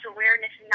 Awareness